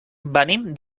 venim